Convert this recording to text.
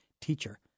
Teacher